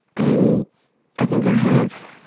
and i think i have.